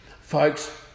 folks